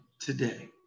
today